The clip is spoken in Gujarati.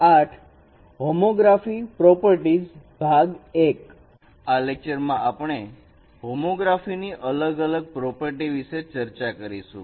આ લેક્ચરમાં આપણે હોમોગ્રાફીની અલગ અલગ પ્રોપર્ટી વિશે ચર્ચા કરીશું